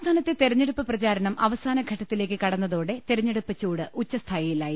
സംസ്ഥാനത്തെ തെരഞ്ഞെടുപ്പ് പ്രചാരണം അവസാനഘട്ടത്തി ലേക്ക് കടന്നതോടെ തെരഞ്ഞെടുപ്പ് ചൂട് ഉച്ഛസ്ഥായിലായി